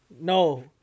No